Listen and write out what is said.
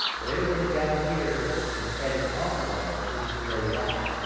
but everything down here in edit um envelope is grayed out.